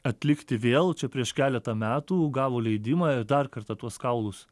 atlikti vėl čia prieš keletą metų gavo leidimą ir dar kartą tuos kaulus